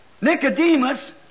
Nicodemus